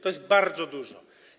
To jest bardzo dużo.